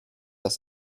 das